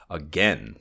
again